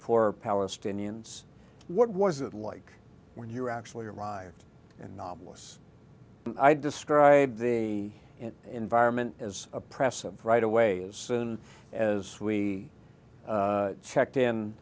for palestinians what was it like when you actually arrived anomalous i described the environment as oppressive right away as soon as we checked